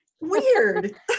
Weird